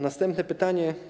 Następne pytanie.